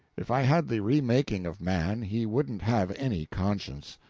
if i had the remaking of man, he wouldn't have any conscience.